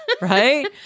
Right